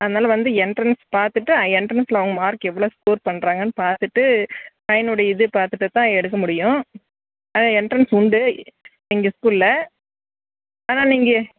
அதனால் வந்து எண்ட்ரன்ஸ் பார்த்துட்டு எண்ட்ரன்ஸ்சில் அவங்க மார்க் எவ்வளோ ஸ்கோர் பண்ணுறாங்கன்னு பார்த்துட்டு பையனுடைய இது பார்த்துட்டுத்தான் எடுக்க முடியும் அதுதான் எண்ட்ரன்ஸ் உண்டு எங்கள் ஸ்கூலில் ஆனால் நீங்கள்